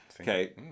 Okay